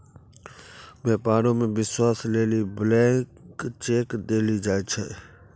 व्यापारो मे विश्वास लेली ब्लैंक चेक देलो जाय छै